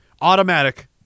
Automatic